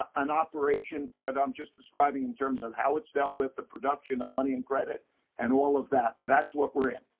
an operation that i'm just describing in terms of how it's dealt with, the production of money and credit and all of that. that's what we're in.